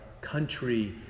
country